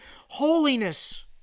holiness